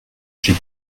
j’ai